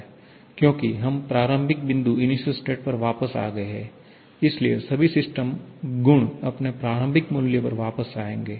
क्योंकि हम प्रारंभिक बिंदु पर वापस आ गए हैं इसलिए सभी सिस्टम गुण अपने प्रारंभिक मूल्य पर वापस जाएंगे